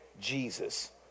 Jesus